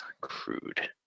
crude